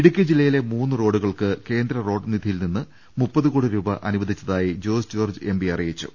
ഇടുക്കി ജില്ലയിലെ മൂന്ന് റ്റോഡ്ുകൾക്ക് കേന്ദ്ര റോഡ് നിധി യിൽ നിന്ന് ദാ കോടിരൂപ്പ അനു്വദിച്ചതായി ജോയ്സ് ജോർജ്ജ് എംപി അറിയിച്ചു